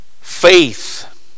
faith